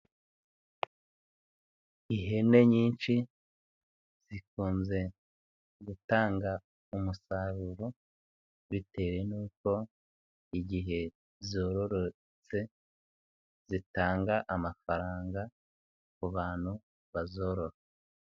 Ihene nyinshi zikunze gutanga umusaruro bitewe nuko igihe zororotse, zitanga amafaranga ku bantu bazorora.